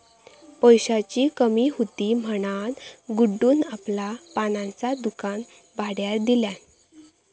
पैशाची कमी हुती म्हणान गुड्डून आपला पानांचा दुकान भाड्यार दिल्यान